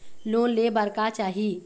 Loan ले बार का चाही?